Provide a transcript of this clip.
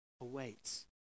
awaits